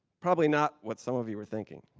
probably not what some of you were thinking.